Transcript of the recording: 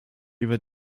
über